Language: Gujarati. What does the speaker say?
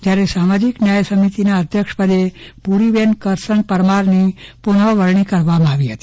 જ્યારે સામાજિક ન્યાય સમિતિના અધ્યક્ષપદે પુરીબેન કરશન પરમારની પુનઃ વરણી કરવામાં આવી હતી